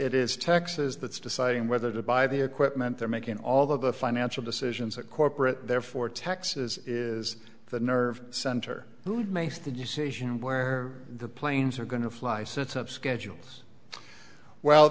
it is texas that's deciding whether to buy the equipment they're making all the financial decisions that corporate therefore texas is the nerve center who makes the decision where the planes are going to fly sits up schedules well